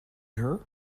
her